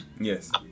yes